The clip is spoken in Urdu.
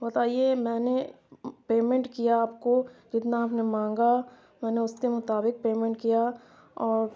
بتائیے میں نے پیمنٹ کیا آپ کو جتنا آپ نے مانگا میں نے اس کے مطابق پیمنٹ کیا اور